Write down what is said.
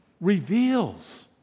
reveals